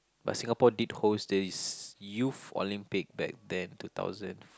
but Singapore did host this Youth Olympic back then two thousand